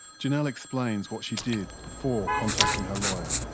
janelle explains what she did before contacting her lawyer.